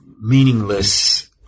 meaningless